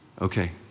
Okay